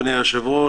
אדוני היושב-ראש,